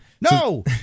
No